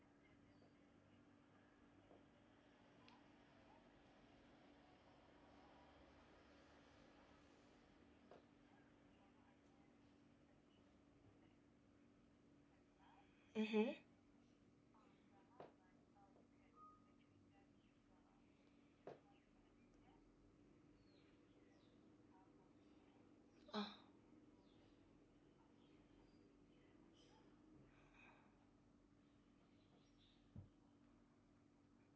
mmhmm uh